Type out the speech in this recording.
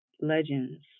legends